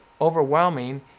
overwhelming